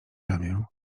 ramię